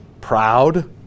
proud